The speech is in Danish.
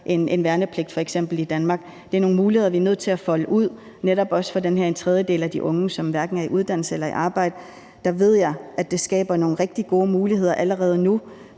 værnepligt f.eks. i Danmark. Det er nogle muligheder, vi er nødt til at folde ud, netop også for den her tredjedel af de unge, som hverken er i uddannelse eller i arbejde. Der ved jeg, at det skaber nogle rigtig gode muligheder allerede nu